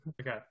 Okay